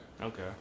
Okay